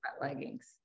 Leggings